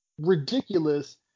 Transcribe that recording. ridiculous